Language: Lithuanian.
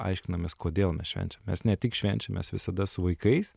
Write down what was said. aiškinomės kodėl mes švenčiam mes ne tik švenčiam mes visada su vaikais